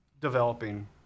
Developing